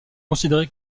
considéré